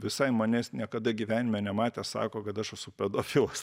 visai manęs niekada gyvenime nematęs sako kad aš esu pedofilas